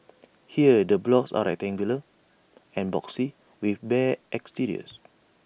here the blocks are rectangular and boxy with bare exteriors